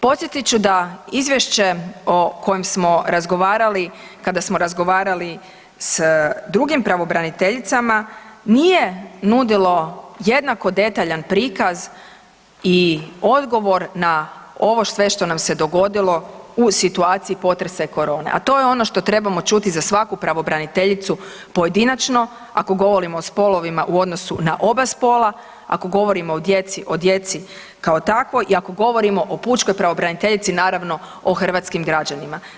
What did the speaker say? Podsjetit ću da izvješće o kojem smo razgovarali kada smo razgovarali s drugim pravobraniteljicama nije nudilo jednako detaljan prikaz i odgovor na ovo sve što nam se dogodilo u situaciji potresa i korone, a to je ono što trebamo čuti za svaku pravobraniteljicu pojedinačno ako govorimo o spolovima u odnosu na oba spola, ako govorimo o djeci o djeci kao takvoj i ako govorimo o pučkoj pravobraniteljici naravno o hrvatskim građanima.